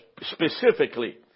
specifically